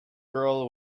girl